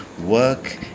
work